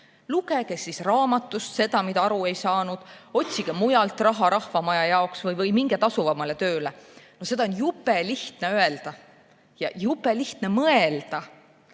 Lugege siis raamatust seda, millest aru ei saanud, otsige mujalt raha rahvamaja jaoks või minge tasuvamale tööle! Seda on jube lihtne öelda ja jube lihtne mõelda.